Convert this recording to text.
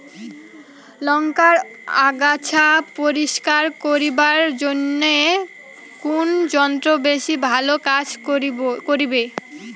লংকার আগাছা পরিস্কার করিবার জইন্যে কুন যন্ত্র বেশি ভালো কাজ করিবে?